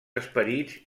esperits